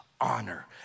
honor